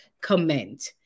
comment